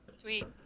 Sweet